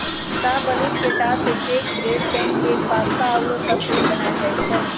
शाहबलूत के टा से cake, bread, pancake, pasta आउरो सब कुछ बनायल जाइ छइ